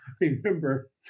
remember